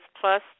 plus